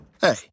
Hey